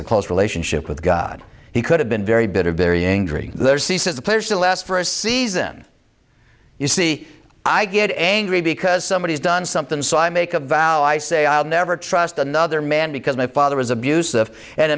a close relationship with god he could have been very bitter burying their ceases the pleasure to last for a season you see i get angry because somebody has done something so i make a vow isay i'll never trust another man because my father was abusive and